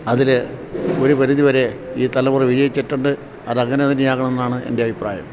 അതില് ഒരു പരിധി വരെ ഈ തലമുറ വിജയിച്ചിട്ടുണ്ട് അത് അങ്ങനെ തന്നെയാകണമെന്നാണ് എൻ്റെ അഭിപ്രായം